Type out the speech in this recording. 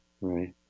Right